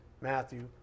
Matthew